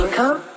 come